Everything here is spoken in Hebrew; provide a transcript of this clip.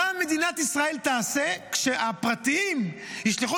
מה מדינת ישראל תעשה כשהפרטיים ישלחו